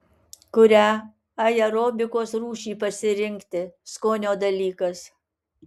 kurią aerobikos rūšį pasirinkti skonio dalykas